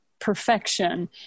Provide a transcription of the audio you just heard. perfection